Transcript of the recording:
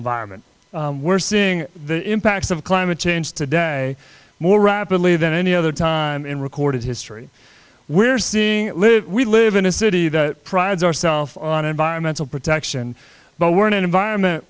environment we're seeing the impacts of climate change today more rapidly than any other time in recorded history we're seeing live we live in a city that prides herself on environmental protection but we're in an environment